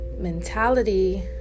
mentality